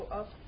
up